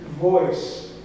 voice